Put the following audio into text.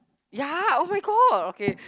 ya oh-my-god okay